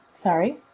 Sorry